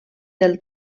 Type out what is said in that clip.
del